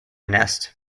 nest